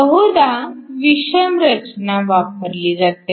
बहुधा विषम रचना वापरली जाते